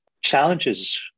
Challenges